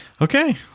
Okay